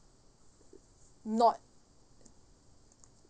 not